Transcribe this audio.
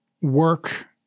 work